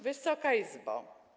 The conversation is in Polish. Wysoka Izbo!